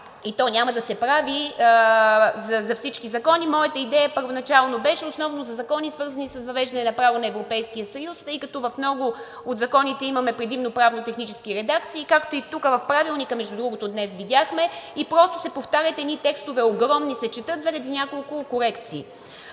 и то няма да се прави за всички закони. Моята идея първоначално беше основно за закони, свързани с въвеждане на право на Европейския съюз, тъй като в много от законите имаме предимно правно-технически редакции, както и тук в Правилника, между другото, днес видяхме, и просто се повтарят, едни огромни текстове се четат заради няколко корекции.